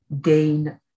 gain